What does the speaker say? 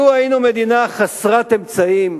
לו היינו מדינה חסרת אמצעים,